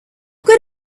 good